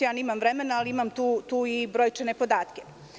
Nemam vremena, ali imam tu i brojčane podatke.